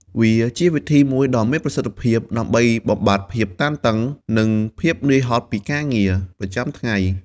វាជាវិធីមួយដ៏មានប្រសិទ្ធភាពដើម្បីបំបាត់ភាពតានតឹង និងភាពនឿយហត់ពីការងារប្រចាំថ្ងៃ។